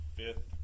fifth